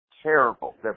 Terrible